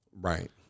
Right